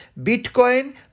Bitcoin